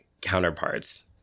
counterparts